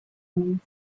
own